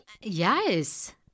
Yes